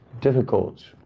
Difficult